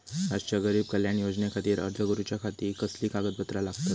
राष्ट्रीय गरीब कल्याण योजनेखातीर अर्ज करूच्या खाती कसली कागदपत्रा लागतत?